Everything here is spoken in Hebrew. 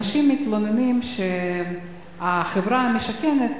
אנשים מתלוננים שהחברה המשכנת,